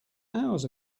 hours